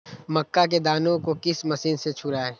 मक्का के दानो को किस मशीन से छुड़ाए?